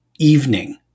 evening